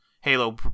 Halo